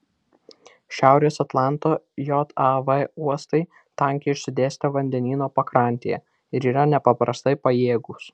šiaurės atlanto jav uostai tankiai išsidėstę vandenyno pakrantėje ir yra nepaprastai pajėgūs